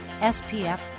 SPF